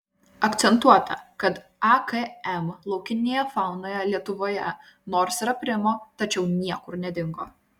akcentuota kad akm laukinėje faunoje lietuvoje nors ir aprimo tačiau niekur nedingo